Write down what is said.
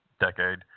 decade